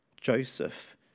Joseph